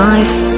Life